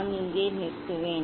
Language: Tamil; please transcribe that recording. நான் இங்கே நிறுத்துவேன்